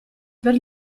per